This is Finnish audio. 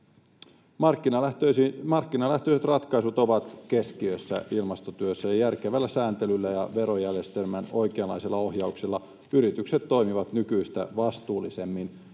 Markkinalähtöiset ratkaisut ovat keskiössä ilmastotyössä, ja järkevällä sääntelyllä ja verojärjestelmän oikeanlaisella ohjauksella yritykset toimivat nykyistä vastuullisemmin